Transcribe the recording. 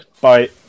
Bye